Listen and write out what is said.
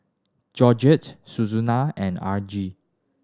Georgene Susana and Argie